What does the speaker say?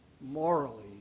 morally